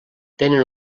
tenen